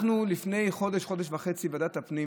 לפני חודש, חודש וחצי, ועדת הפנים